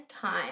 time